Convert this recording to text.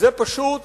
זאת פשוט